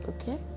okay